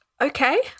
okay